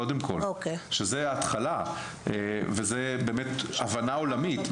קודם כל שזה ההתחלה וזה באמת הבנה עולמית.